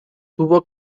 tuvo